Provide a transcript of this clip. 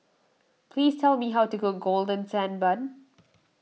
please tell me how to cook Golden Sand Bun